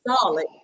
solid